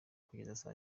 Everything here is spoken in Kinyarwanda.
kugeza